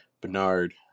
Bernard